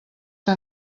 que